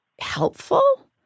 helpful